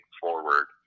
forward